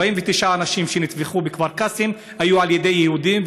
49 אנשים שנטבחו בכפר קאסם היו על ידי יהודים,